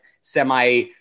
semi